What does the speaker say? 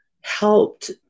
helped